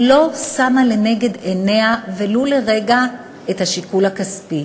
לא שמה לנגד עיניה ולו לרגע את השיקול הכספי.